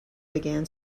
began